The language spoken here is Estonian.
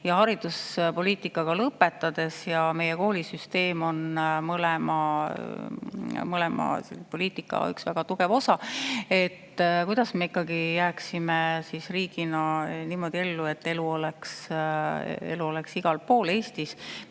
ja hariduspoliitikaga lõpetades. Meie koolisüsteem on mõlema poliitika väga tugev osa. Kuidas me ikkagi jääksime riigina niimoodi ellu, et elu oleks igal pool Eestis,